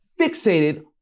fixated